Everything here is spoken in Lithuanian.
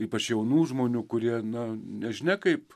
ypač jaunų žmonių kurie na nežinia kaip